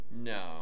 No